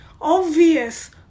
obvious